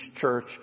church